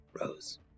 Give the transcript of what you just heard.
Rose